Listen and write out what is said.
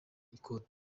ikoti